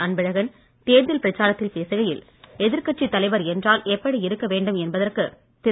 அன்பழகன் தேர்தல் பிரச்சாரத்தில் பேசுகையில் எதிர்கட்சித் தலைவர் என்றால் எப்படி இருக்கவேண்டும் என்பதற்கு திரு